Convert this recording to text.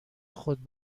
خود